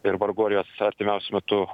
ir vargu ar jos artimiausiu metu